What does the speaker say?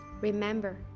Remember